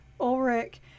Ulrich